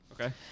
Okay